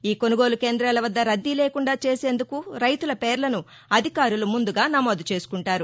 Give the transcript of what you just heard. ఈ కొనుగోలు కేంద్రాల వద్ద రద్దీ లేకుండా చేసేందుకు రైతుల పేర్లను అధికారులు ముందుగా నమోదు చేసుకుంటారు